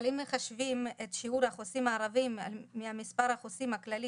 אבל אם מחשבים את שיעור החוסים הערבים ממספר החוסים הכללי